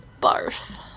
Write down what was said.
barf